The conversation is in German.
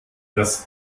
das